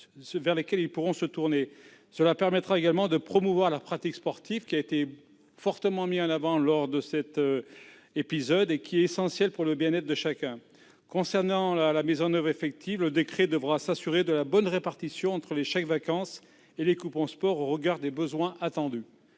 secteurs concernés pourraient se tourner. Cela permettrait également de promouvoir la pratique sportive, qui a été fortement mise en avant lors de cet épisode et qui est essentielle pour le bien-être de chacun. Pour ce qui concerne la mise en oeuvre effective, le décret prévu dans le texte devrait s'assurer de la bonne répartition entre les chèques-vacances et les « coupons sport », au regard des besoins. Quel est